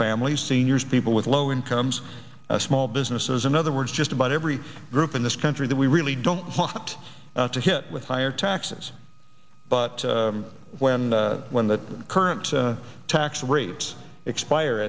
families seniors people with low incomes small businesses in other words just about every group in this country that we really don't want to hit with higher taxes but when when that current tax rates expire